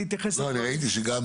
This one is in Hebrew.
אני ראיתי שגם